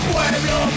Pueblo